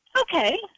Okay